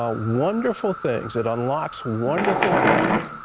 ah wonderful things it unlocks wonderful things.